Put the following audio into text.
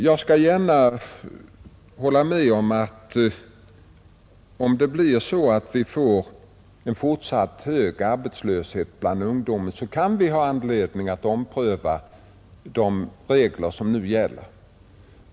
Jag skall gärna hålla med om att vi, om vi får en fortsatt hög arbetslöshet bland ungdomen, kan ha anledning att ompröva de regler som nu gäller.